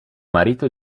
marito